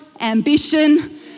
ambition